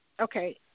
Okay